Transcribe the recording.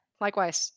Likewise